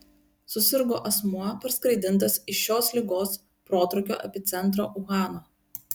susirgo asmuo parskraidintas iš šios ligos protrūkio epicentro uhano